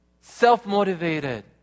self-motivated